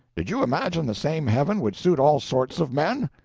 did you imagine the same heaven would suit all sorts of men?